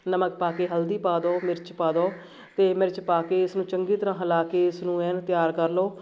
ਨਮਕ ਪਾ ਕੇ ਹਲਦੀ ਪਾ ਦੋ ਮਿਰਚ ਪਾ ਦੋ ਅਤੇ ਮਿਰਚ ਪਾ ਕੇ ਇਸਨੂੰ ਚੰਗੀ ਤਰ੍ਹਾਂ ਹਿਲਾ ਕੇ ਇਸ ਨੂੰ ਐਨ ਤਿਆਰ ਕਰ ਲਓ